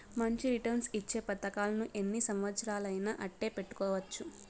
మంచి రిటర్న్స్ ఇచ్చే పతకాలను ఎన్ని సంవచ్చరాలయినా అట్టే పెట్టుకోవచ్చు